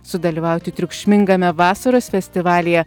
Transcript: sudalyvauti triukšmingame vasaros festivalyje